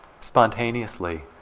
spontaneously